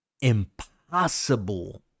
impossible